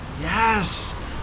Yes